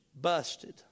Busted